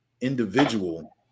individual